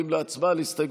ההסתייגות לא התקבלה.